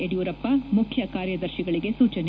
ಯಡಿಯೂರಪ್ಪ ಮುಖ್ಯ ಕಾರ್ಯದರ್ಶಿಗಳಿಗೆ ಸೂಚನೆ